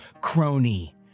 crony